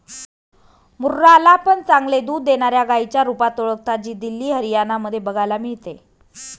मुर्रा ला पण चांगले दूध देणाऱ्या गाईच्या रुपात ओळखता, जी दिल्ली, हरियाणा मध्ये बघायला मिळते